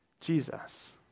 Jesus